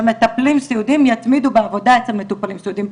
שמטפלים סיעודיים יתמידו בעבודה אצל מטופלים סיעודיים.